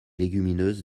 légumineuses